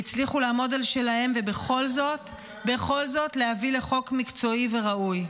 והצליחו לעמוד על שלהם ובכל זאת להביא לחוק מקצועי וראוי.